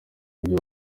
ibyo